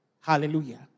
Hallelujah